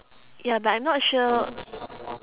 ya but I'm not sure